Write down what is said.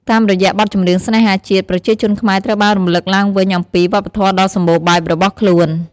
តាមរយៈបទចម្រៀងស្នេហាជាតិ ប្រជាជនខ្មែរត្រូវបានរំលឹកឡើងវិញអំពី វប្បធម៌ដ៏សម្បូរបែប របស់ខ្លួន។